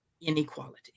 inequality